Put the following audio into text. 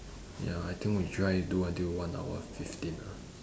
ya I think we try do until one hour fifteen ah